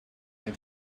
made